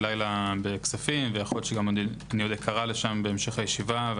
לילה בכספים ויכול להיות שעוד איקרא לשם במהלך הישיבה.